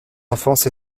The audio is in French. enfance